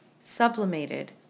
sublimated